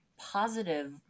positive